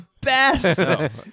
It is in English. best